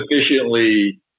sufficiently